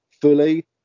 fully